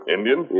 Indian